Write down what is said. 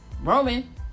Roman